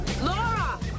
Laura